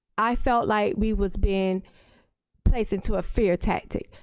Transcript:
i felt like we was being placed into a fear tactic.